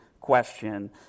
question